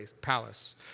palace